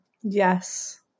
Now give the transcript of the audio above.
Yes